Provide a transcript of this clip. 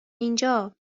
اینجا